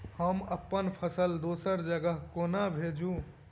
हम अप्पन फसल दोसर जगह कोना भेजू?